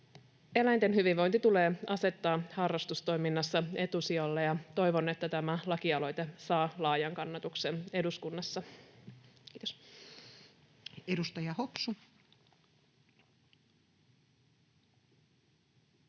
Eläinten hyvinvointi tulee asettaa harrastustoiminnassa etusijalle. Toivon, että tämä lakialoite saa laajan kannatuksen eduskunnassa. — Kiitos. [Speech 189]